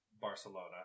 barcelona